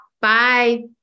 Bye